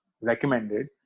recommended